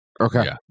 Okay